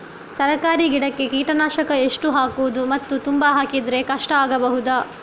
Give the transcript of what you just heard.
ತರಕಾರಿ ಗಿಡಕ್ಕೆ ಕೀಟನಾಶಕ ಎಷ್ಟು ಹಾಕ್ಬೋದು ಮತ್ತು ತುಂಬಾ ಹಾಕಿದ್ರೆ ಕಷ್ಟ ಆಗಬಹುದ?